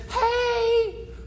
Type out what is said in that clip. hey